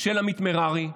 של עמית מררי,